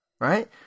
right